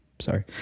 sorry